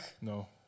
No